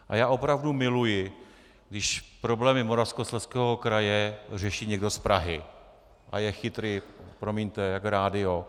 A já opravdu miluji, když problémy Moravskoslezského kraje řeší někdo z Prahy a je chytrý promiňte jak rádio.